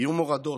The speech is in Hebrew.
יהיו מורדות,